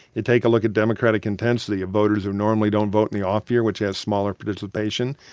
you take a look at democratic intensity of voters who normally don't vote in the off year, which has smaller participation.